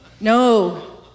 No